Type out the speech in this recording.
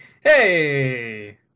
Hey